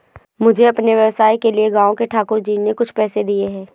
मुझे अपने व्यवसाय के लिए गांव के ठाकुर जी ने कुछ पैसे दिए हैं